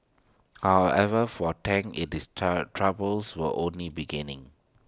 however for Tang IT is troubles were only beginning